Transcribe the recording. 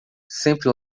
sempre